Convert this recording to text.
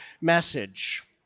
message